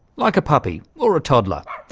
like a puppy or a toddler.